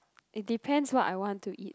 it depends what I want to eat